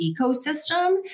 ecosystem